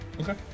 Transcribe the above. Okay